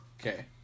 Okay